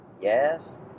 Yes